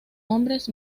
hombres